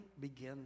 begin